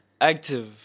Active